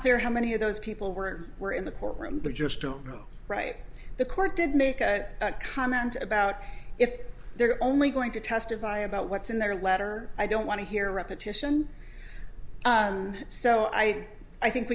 clear how many of those people were or were in the courtroom but just don't know right the court did make a comment about if they're only going to testify about what's in their letter i don't want to hear repetition so i i think